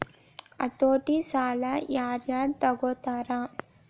ಹತೋಟಿ ಸಾಲಾ ಯಾರ್ ಯಾರ್ ತಗೊತಾರ?